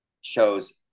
shows